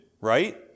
right